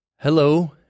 Hello